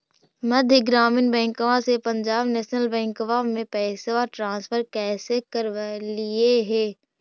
मध्य ग्रामीण बैंकवा से पंजाब नेशनल बैंकवा मे पैसवा ट्रांसफर कैसे करवैलीऐ हे?